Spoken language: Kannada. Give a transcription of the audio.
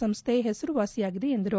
ಸಂಸ್ತೆ ಹೆಸರುವಾಸಿಯಾಗಿದೆ ಎಂದರು